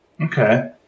Okay